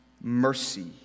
mercy